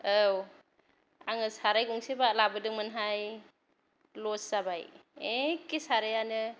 औ आङो साराय गंसे लाबोदोंमोनहाय लस जाबाय एखे सारायानो